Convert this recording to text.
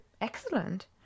Excellent